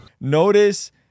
Notice